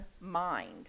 mind